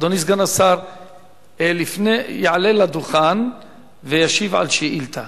אדוני סגן השר יעלה לדוכן וישיב על השאילתא.